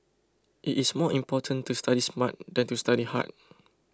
it is more important to study smart than to study hard